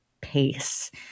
pace